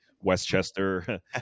Westchester